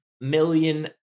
million